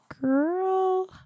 girl